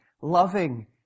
loving